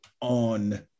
on